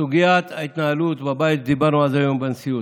סוגיית ההתנהלות בבית, דיברנו על זה היום בנשיאות.